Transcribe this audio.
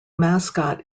mascot